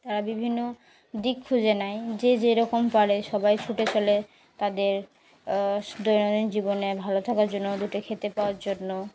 তারা বিভিন্ন দিক খুঁজে নেয় যে যেরকম পারে সবাই ছুটে চলে তাদের দৈনন্দিন জীবনে ভালো থাকার জন্য দুটো খেতে পাওয়ার জন্য